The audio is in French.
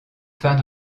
fin